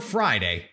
Friday